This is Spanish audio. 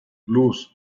luz